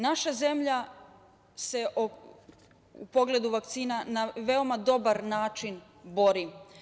Naša zemlja se u pogledu vakcina na veoma dobar način bori.